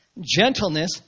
gentleness